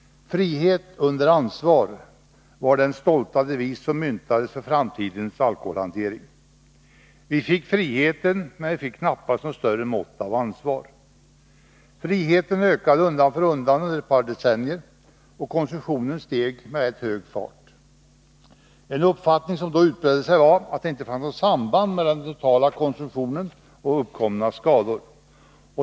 ”Frihet under ansvar” var den stolta devis som myntades för framtidens alkoholhantering. Vi fick friheten, men vi fick knappast något större mått av ansvar. Friheten ökade undan för undan under ett par decennier och konsumtionen steg med hög fart. En uppfattning som då utbredde sig var att det inte fanns något samband mellan den totala alkoholkonsumtionen och uppkomna skador.